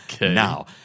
now